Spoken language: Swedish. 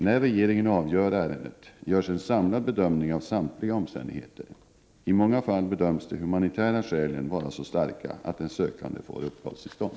När regeringen avgör ärendet görs en samlad bedömning av samtliga omständigheter. I många fall bedöms de humanitära skälen vara så starka att den sökande får uppehållstillstånd.